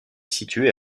située